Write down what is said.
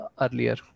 earlier